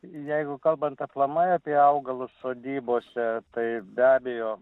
jeigu kalbant aplamai apie augalus sodybose tai be abejo